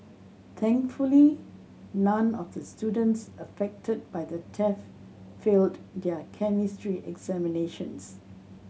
thankfully none of these students affected by the theft failed their Chemistry examinations